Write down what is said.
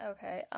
Okay